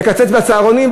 לקצץ בצהרונים,